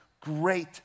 great